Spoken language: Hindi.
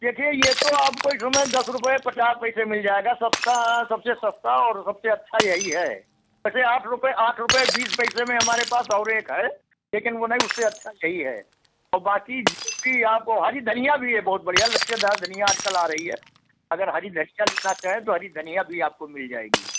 देखिए ये तो आपको इस समय दस रुपये पचास पैसे मिल जाएगा सस्ता सबसे सस्ता और सबसे अच्छा यही है वैसे आठ रुपये आठ रुपये बीस पैसे में हमारे पास और एक है लेकिन वो नहीं उससे अच्छा यही है औ बाकी जो भी आपको हरी धनिया भी है बहुत बढ़िया लच्छेदार धनिया आज कल आ रई है अगर हरी धनिया लेना चाहें तो हरी धनिया भी आपको मिल जाएगी